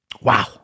Wow